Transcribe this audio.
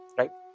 right